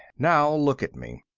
now look at me.